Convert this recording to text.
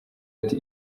ati